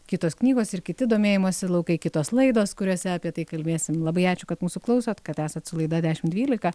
kitos knygos ir kiti domėjimosi laukai kitos laidos kuriose apie tai kalbėsim labai ačiū kad mūsų klausot kad esat su laida dešim dvylika